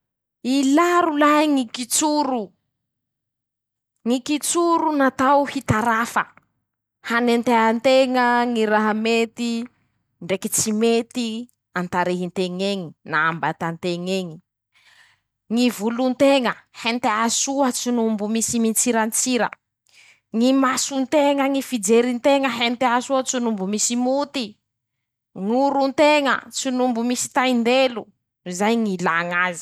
Ilà rolahy ñy kitsoro: - ñy kitsoro natao hitarafa, hanentea nteña ñy raha mety ndreky tsy mety an-tarehy nteñ'eñy na am-bata nteñ'eñy, ñy volo nteña hentea soa tso no mbo misy mintsirantsira, ñy maso nteña ñy fijery nteña hentea soa tso no mbo misy moty y, ñ'oro nteña tso no mbo misy tain-delo, zay ñ'ila.